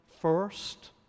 first